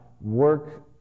work